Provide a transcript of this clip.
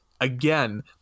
again